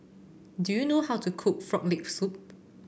do you know how to cook Frog Leg Soup